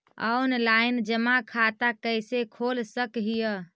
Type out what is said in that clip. Online जमा खाता कैसे खोल सक हिय?